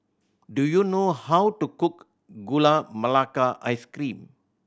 do you know how to cook Gula Melaka Ice Cream